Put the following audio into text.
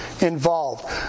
involved